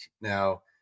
Now